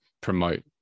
promote